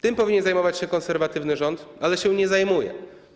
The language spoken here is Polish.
Tym powinien zajmować się konserwatywny rząd, ale się nie zajmuje.